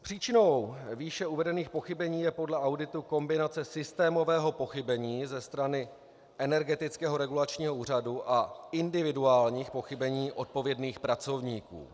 Příčinou výše uvedených pochybení je podle auditu kombinace systémového pochybení ze strany Energetického regulačního úřadu a individuálních pochybení odpovědných pracovníků.